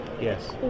Yes